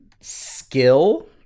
skill